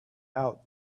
out